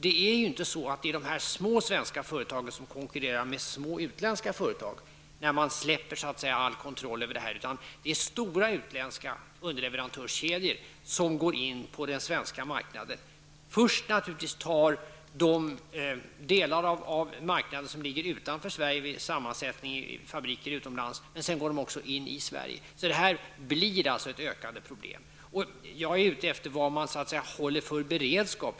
Det är inte så att de små svenska företagen konkurrerar med små utländska företag när vi släpper all kontroll, utan de är stora utländska underleverantörskedjor som går in på den svenska marknaden. Först tar de naturligtvis i anspråk de delar av den marknad som ligger utanför Sverige vid sin sammansättning av fabriker utomlands, men sedan går de också in på den svenska marknaden. Så det kommer att bli ett ökande problem. Jag är ute efter att få veta vad man håller för beredskap.